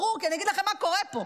ברור, כי אני אגיד לכם מה קורה פה.